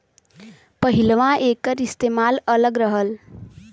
पहिलवां एकर इस्तेमाल अलग रहल